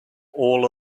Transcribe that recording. all